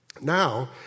Now